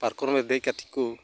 ᱯᱟᱨᱠᱚᱢ ᱨᱮ ᱫᱮᱡ ᱠᱟᱛᱮ ᱠᱚ